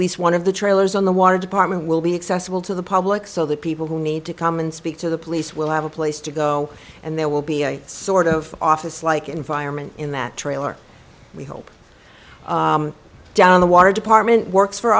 least one of the trailers on the water department will be accessible to the public so that people who need to come and speak to the police will have a place to go and there will be a sort of office like environment in that trailer we hope down the water department works for